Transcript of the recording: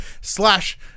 slash